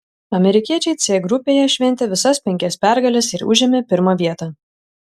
amerikiečiai c grupėje šventė visas penkias pergales ir užėmė pirmą vietą